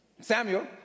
Samuel